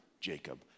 Jacob